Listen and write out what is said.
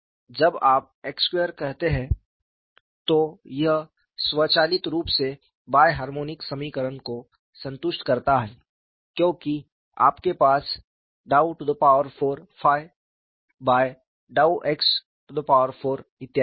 जब आप x2 कहते हैं तो यह स्वचालित रूप से बाय हार्मोनिक समीकरण को संतुष्ट करता है क्योंकि आपके पास∂4𝜱∂x4 इत्यादि है